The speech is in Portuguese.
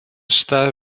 está